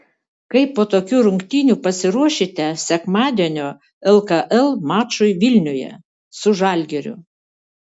kaip po tokių rungtynių pasiruošite sekmadienio lkl mačui vilniuje su žalgiriu